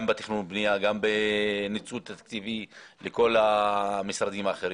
גם בתכנון ובנייה וגם בניצול תקציבי לכל המשרדים האחרים.